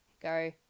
go